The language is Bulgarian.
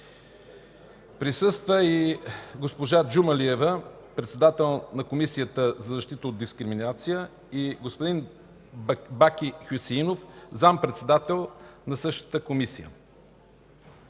Присъства и госпожа Джумалиева – председател на Комисията за защита от дискриминация, и господин Баки Хюсеинов – заместник- председател на същата Комисия,